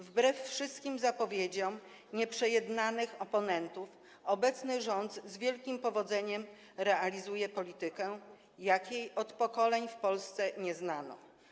Wbrew wszystkim zapowiedziom nieprzejednanych oponentów obecny rząd z wielkim powodzeniem realizuje politykę, jakiej od pokoleń w Polsce nie znano.